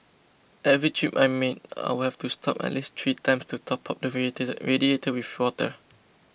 every trip I made I would have to stop at least three times to top up the radiator with water